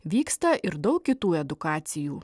vyksta ir daug kitų edukacijų